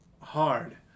hard